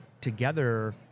together